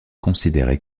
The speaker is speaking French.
considérée